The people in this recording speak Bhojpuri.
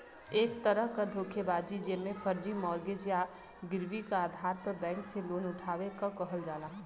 एक तरह क धोखेबाजी जेमे फर्जी मॉर्गेज या गिरवी क आधार पर बैंक से लोन उठावे क कहल जाला